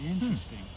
Interesting